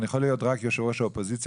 אני יכול להיות רק יושב ראש האופוזיציה